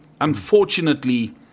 unfortunately